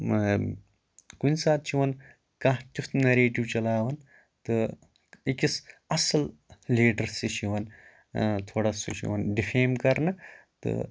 کُنہِ ساتہٕ چھُ یِوان کانٛہہ تِیُتھ نَریٹِو چَلاوان تہٕ أکِس اصٕل لیٖڈرَسے چھُ یِوان تھوڑا سُہ چھُ یِوان ڈِفیم کرنہٕ تہٕ